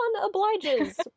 obliges